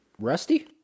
Rusty